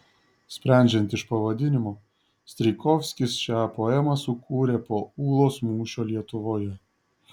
sprendžiant iš pavadinimo strijkovskis šią poemą sukūrė po ulos mūšio lietuvoje